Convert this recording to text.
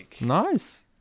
nice